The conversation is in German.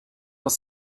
aus